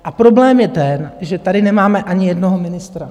A problém je ten, že tady nemáme ani jednoho ministra...